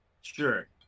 Sure